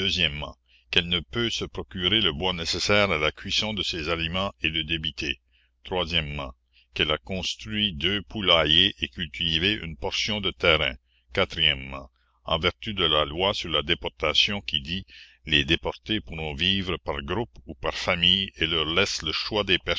qu'elle ne peut se procurer le bois nécessaire à la cuisson de ses aliments et le débiter uelle a construit deux poulaillers et cultivé une portion de terrain n vertu de la loi sur la déportation qui dit les déportés pourront vivre par groupes ou par familles et leur laisse le choix des